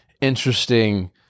interesting